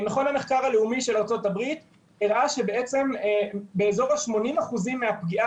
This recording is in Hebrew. מכון המחקר הלאומי של ארצות-הברית הראה שבאזור ה-80% מהפגיעה